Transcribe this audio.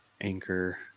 anchor